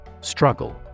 Struggle